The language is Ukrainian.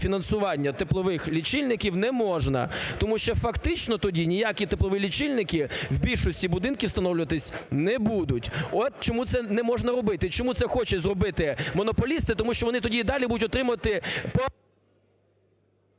фінансування теплових лічильників неможна, тому що фактично тоді ніякі теплові лічильники в більшості будинків встановлюватись не будуть, от чому, це не можна робити. І чому це хочуть зробити монополісти тому що вони тоді і далі будуть отримувати…